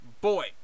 boy